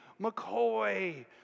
McCoy